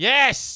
Yes